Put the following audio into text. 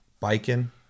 biking